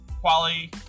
quality